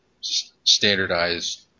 standardized